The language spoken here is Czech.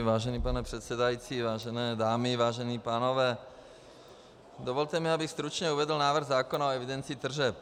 Vážený pane předsedající, vážené dámy, vážení pánové, dovolte mi, abych stručně uvedl návrh zákona o evidenci tržeb.